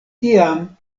tiam